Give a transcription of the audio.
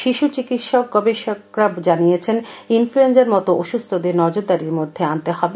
শিশু চিকিৎসক গবেষকরা জানিয়েছেন ইনফ্রয়েঞ্জার মতো অসুস্থদের নজরদারির মধ্যে আনতে হবে